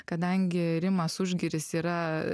kadangi rimas užgiris yra